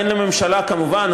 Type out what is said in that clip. אין לממשלה כמובן,